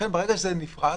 כשזה נפרץ,